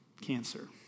cancer